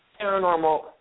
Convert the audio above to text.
paranormal